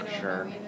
sure